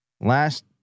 Last